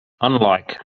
unlike